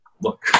look